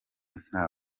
nta